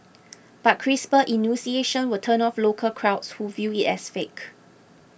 but crisper enunciation will turn off local crowds who view it as fake